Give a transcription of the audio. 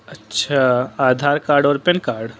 اچّھا آدھار کارڈ اور pan card